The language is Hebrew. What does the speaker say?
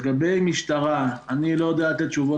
לגבי משטרה אני לא יודע לתת תשובות